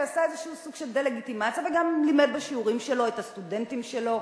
שעשה איזה סוג של דה-לגיטימציה וגם לימד בשיעורים את הסטודנטים שלו